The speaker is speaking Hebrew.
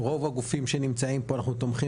רוב הגופים שנמצאים פה אנחנו תומכים